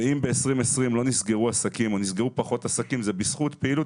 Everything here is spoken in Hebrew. אם ב-2020 לא נסגרו עסקים זה בזכות פעילות,